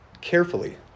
carefully